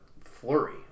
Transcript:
flurry